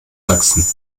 sachsen